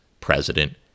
president